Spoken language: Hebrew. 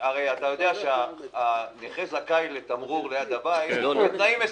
אלא אתה יודע שהנכה זכאי לתמרור ליד הבית בתנאים מסוימים.